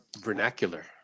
vernacular